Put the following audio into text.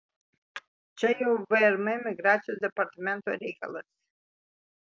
čia jau vrm migracijos departamento reikalas